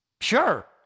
Sure